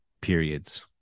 periods